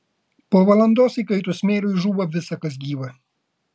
po valandos įkaitus smėliui žūva visa kas gyva